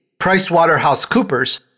PricewaterhouseCoopers